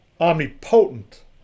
omnipotent